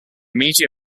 media